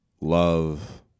love